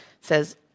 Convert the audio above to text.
says